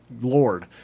lord